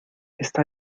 está